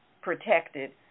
protected